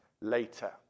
later